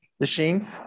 machine